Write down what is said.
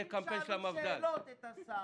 שאלנו שאלות את השר.